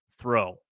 throw